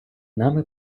нами